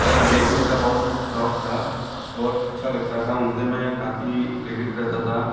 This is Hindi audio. का देखने का बहुत शौक था बहुत अच्छा लगता था उनसे मैं काफी प्रेरित रहता था